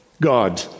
God